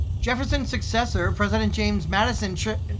jefferson's successor, president james madison, and